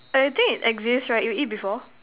I think it exists right you eat before